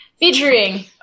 featuring